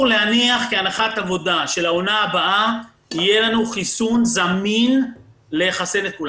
שאסור להניח כהנחת עבודה שלעונה הבאה יהיה לנו חיסון זמין לחסן את כולם.